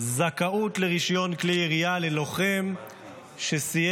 זכאות לרישיון כלי ירייה ללוחם שסיים